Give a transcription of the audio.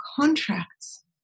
contracts